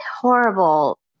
horrible